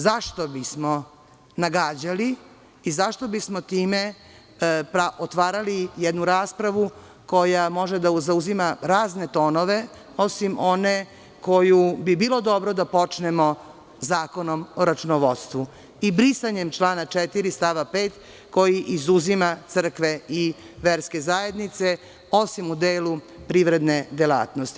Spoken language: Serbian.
Zašto bismo nagađali, i zašto bismo time otvarali jednu raspravu koja može da zauzima razne tonove, osim one koju bi bilo dobro da počnemo Zakonom o računovodstvu i brisanjem člana 4. stava 5, koji izuzima crkve i verske zajednice, osim u delu privredne delatnosti.